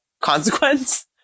consequence